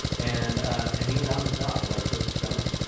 and and he was out of a job, like just done.